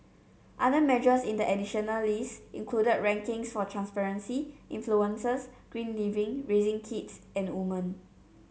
other measures in the additional list included rankings for transparency influences green living raising kids and woman